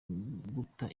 guta